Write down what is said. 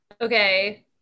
Okay